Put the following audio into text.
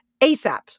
ASAP